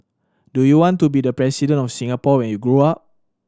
do you want to be the President of Singapore when you grow up